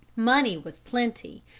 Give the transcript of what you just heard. money was plenty,